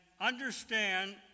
understand